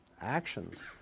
actions